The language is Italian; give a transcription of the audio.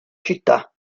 città